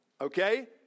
Okay